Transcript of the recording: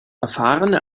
erfahrene